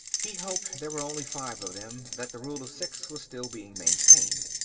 he hoped there were only five of them, that the rule of six was still being maintained.